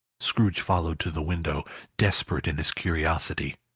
scrooge followed to the window desperate in his curiosity.